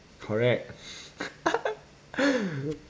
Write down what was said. correct